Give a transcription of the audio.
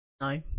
No